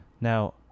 Now